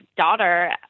daughter